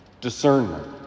discernment